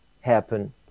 happen